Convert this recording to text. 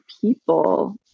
people